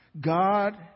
God